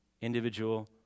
individual